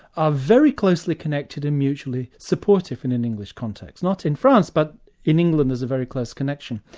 are very closely connected and mutually supportive in an english context not in france but in england there's a very close connection.